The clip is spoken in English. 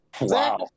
Wow